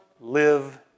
live